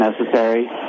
necessary